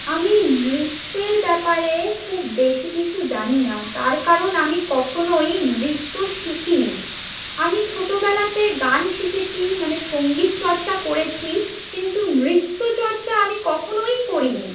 আমি নৃত্যের ব্যাপারে খুব বেশি কিছু জানি না তার কারণ আমি কখনোই নৃত্য শিখিনি আমি ছোটোবেলাতে গান শিখেছি মানে সঙ্গীত চর্চা করেছি কিন্তু নৃত্য চর্চা আমি কখনোই করিনি